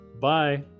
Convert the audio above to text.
Bye